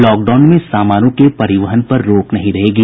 lockdown में सामानों के परिवहन पर रोक नहीं रहेगी